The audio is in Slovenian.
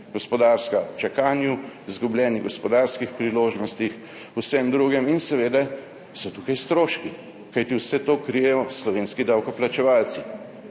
Gospodarska v čakanju, izgubljenih gospodarskih priložnostih, vsem drugem, in seveda so tukaj stroški, kajti vse to krijejo slovenski davkoplačevalci,